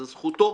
זאת זכותו.